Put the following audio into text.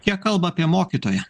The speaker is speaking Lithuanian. kiek kalba apie mokytoją